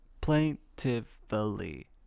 Plaintively